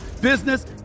business